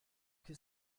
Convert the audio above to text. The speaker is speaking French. que